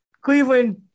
Cleveland